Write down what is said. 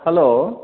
hello